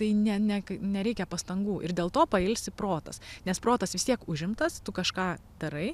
tai ne ne nereikia pastangų ir dėl to pailsi protas nes protas vis tiek užimtas tu kažką darai